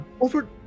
Over